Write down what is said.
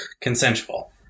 consensual